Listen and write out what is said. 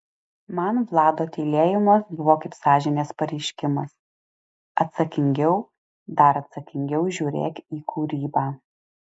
man vlado tylėjimas buvo kaip sąžinės pareiškimas atsakingiau dar atsakingiau žiūrėk į kūrybą